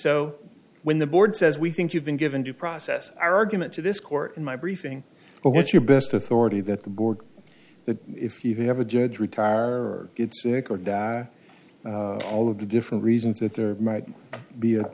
so when the board says we think you've been given due process argument to this court in my briefing what's your best authority that the board that if you have a judge retire or get sick or die all of the different reasons that there might be a